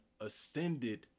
ascended